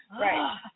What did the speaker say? Right